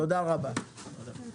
תודה רבה לכולם.